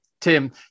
Tim